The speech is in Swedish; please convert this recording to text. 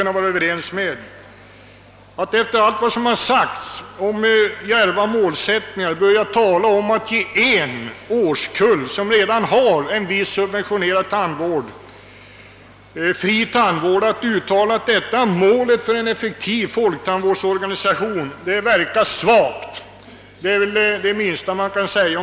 Att efter allt som har sagts om djärva målsättningar börja tala om att ge en årskull, som redan har en viss subventionerad tandvård, fri tandvård och att uttala att detta är målet för en effektiv folktandvårdsorganisation verkar svagt; det är det minsta man kan säga.